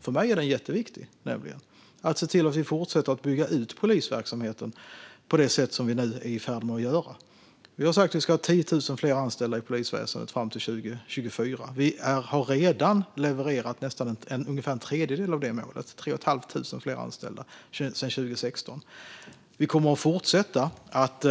För mig är det nämligen jätteviktigt att se till att vi fortsätter att bygga ut polisverksamheten på det sätt som vi nu är i färd med att göra. Vi har sagt att vi ska ha 10 000 fler anställda i polisväsendet fram till 2024. Vi har redan levererat ungefär en tredjedel av det målet - tre och ett halvt tusen fler anställda sedan 2016. Vi kommer att fortsätta att